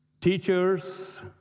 Teachers